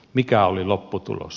mikä oli lopputulos